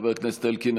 חבר הכנסת אלקין,